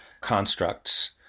constructs